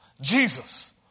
Jesus